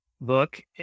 book